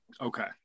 Okay